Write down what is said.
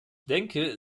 denke